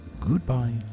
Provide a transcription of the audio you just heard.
goodbye